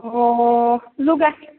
अँ लुगा